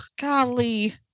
golly